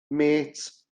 mêts